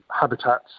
habitats